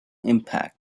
impact